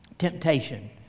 temptation